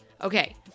Okay